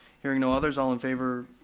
hearing no others, all in favor.